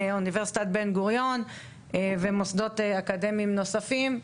אוניברסיטת בן-גוריון ומוסדות אקדמיים נוספים.